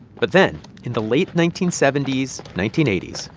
but then, in the late nineteen seventy s, nineteen eighty s,